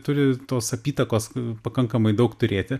turi tos apytakos pakankamai daug turėti